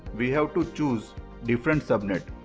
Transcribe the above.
we have to choose different subnet.